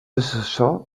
assessor